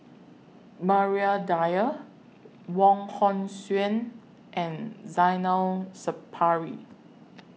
Maria Dyer Wong Hong Suen and Zainal Sapari